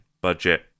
budget